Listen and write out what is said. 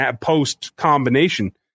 post-combination